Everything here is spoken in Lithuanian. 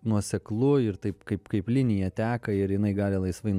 nuoseklu ir taip kaip kaip linija teka ir jinai gali laisvai